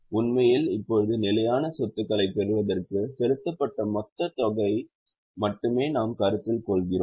உண்மையில் இப்போது நிலையான சொத்துக்களைப் பெறுவதற்கு செலுத்தப்பட்ட மொத்தத் தொகையை மட்டுமே நாம் கருத்தில் கொள்கிறோம்